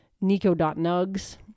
Nico.nugs